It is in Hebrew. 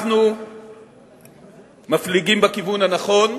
אנחנו מפליגים בכיוון הנכון,